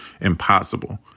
impossible